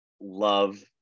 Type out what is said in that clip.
love